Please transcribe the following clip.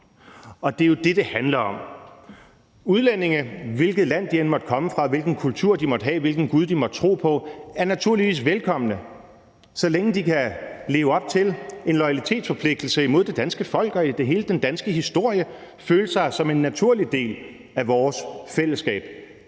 Det er jo det, det handler om: Udlændinge, uanset hvilket land de end måtte komme fra, hvilken kultur de end måtte have og hvilken gud de end måtte tro på, er naturligvis velkomne, så længe de kan leve op til en loyalitetsforpligtelse over for det danske folk og hele den danske historie og føle sig som en naturlig del af vores fællesskab,